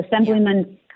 Assemblyman